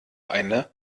eine